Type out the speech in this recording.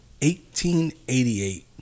1888